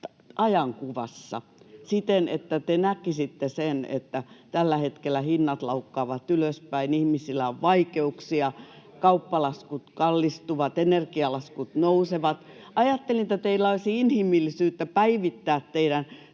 ajankuvassa siten, että te näkisitte sen, että tällä hetkellä hinnat laukkaavat ylöspäin, ihmisillä on vaikeuksia, kauppalaskut kallistuvat, energialaskut nousevat. Ajattelin, että teillä olisi inhimillisyyttä päivittää teidän